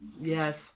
Yes